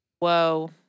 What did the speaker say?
Whoa